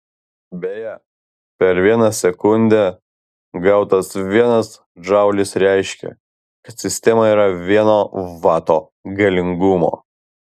beje per vieną sekundę gautas vienas džaulis reiškia kad sistema yra vieno vato galingumo